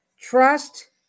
Trust